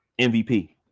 MVP